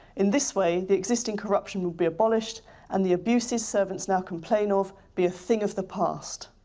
in this way the existing corruption will be abolished and the abuses servants now complain of be a thing of the past.